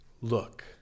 look